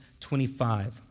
25